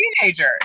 teenager